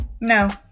No